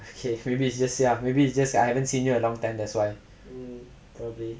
okay maybe it's just maybe it's just that I haven't seen you in a long time that's why